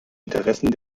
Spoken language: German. interessen